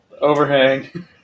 Overhang